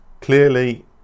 clearly